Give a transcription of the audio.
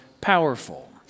powerful